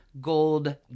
gold